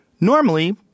normally